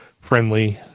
friendly